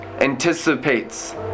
anticipates